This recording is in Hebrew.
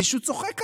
מישהו צוחק עלינו.